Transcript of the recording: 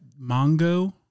Mongo